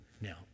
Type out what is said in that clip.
Now